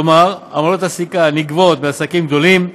כלומר עמלות הסליקה הנגבות מעסקים גדולים,